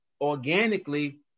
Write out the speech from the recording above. organically